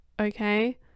Okay